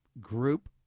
group